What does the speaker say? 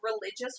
religious